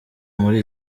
muri